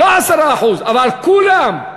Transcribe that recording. לא 10%, אבל כולם.